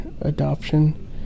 adoption